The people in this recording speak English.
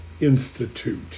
Institute